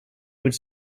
would